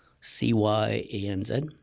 C-Y-A-N-Z